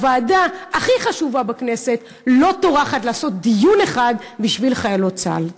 הוועדה הכי חשובה בכנסת לא טורחת לעשות דיון אחד בשביל חיילות צה"ל.